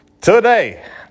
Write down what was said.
Today